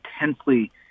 intensely